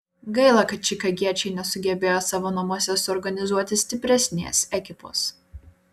gaila kad čikagiečiai nesugebėjo savo namuose suorganizuoti stipresnės ekipos